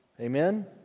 Amen